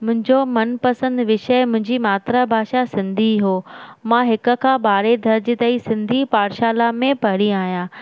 मुंहिंजो मनपसंद विषय मुंहिंजी मात्र भाषा सिंधी हो मां हिक खां ॿारहें दर्जे ताईं सिंधी पाठशाला में पढ़ी आहियां